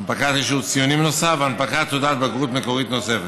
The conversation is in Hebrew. הנפקת אישור ציונים נוסף והנפקת תעודת בגרות מקורית נוספת.